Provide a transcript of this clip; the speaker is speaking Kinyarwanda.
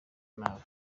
nabi